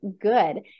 good